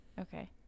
Okay